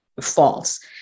false